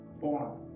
born